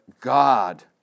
God